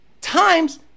times